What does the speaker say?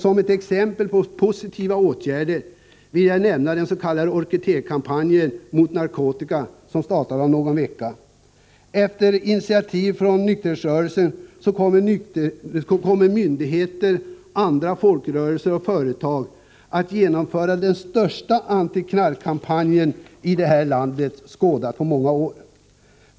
Som ett exempel på positiva åtgärder vill jag nämna den s.k. orkidékampanjen mot narkotika, som startar om någon vecka. Efter initiativ från nykterhetsrörelsen kommer myndigheter, folkrörelser och företag att genomföra den största anti-knarkkampanj som det här landet skådat på många år.